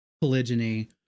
polygyny